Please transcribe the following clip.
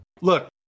Look